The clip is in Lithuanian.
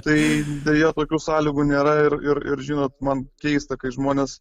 tai beje tokių sąlygų nėra ir ir ir žinot man keista kai žmonės